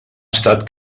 estat